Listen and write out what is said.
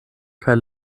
kaj